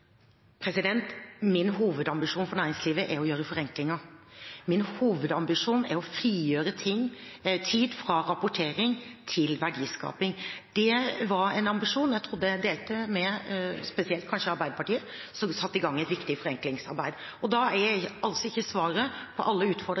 å gjøre forenklinger. Min hovedambisjon er å frigjøre tid fra rapportering til verdiskaping. Det var en ambisjon jeg trodde jeg delte kanskje spesielt med Arbeiderpartiet, som satte i gang et viktig forenklingsarbeid. Da er